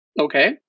okay